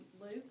Luke